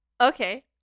Okay